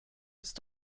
jetzt